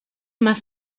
más